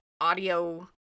audio